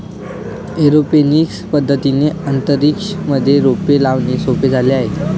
aeroponics पद्धतीने अंतरिक्ष मध्ये रोपे लावणे सोपे झाले आहे